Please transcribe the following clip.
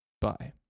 Bye